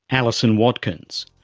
alison watkins.